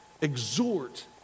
exhort